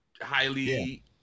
highly